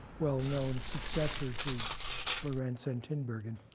well-known successor to lorenz and tinbergen.